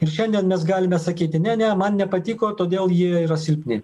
ir šiandien mes galime sakyti ne ne man nepatiko todėl jie yra silpni